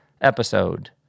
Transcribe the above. episode